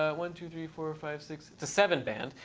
ah one, two, three, four, five, six it's a seven band.